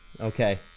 Okay